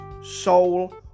soul